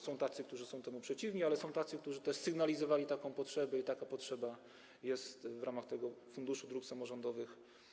Są tacy, którzy są temu przeciwni, ale są tacy, którzy sygnalizowali taką potrzebę i taka potrzeba jest realizowana w ramach Funduszu Dróg Samorządowych.